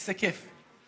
איזה כיף.